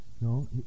No